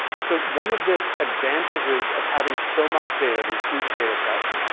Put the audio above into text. so one of the advantages of having so much data, these huge data sets,